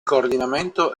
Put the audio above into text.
coordinamento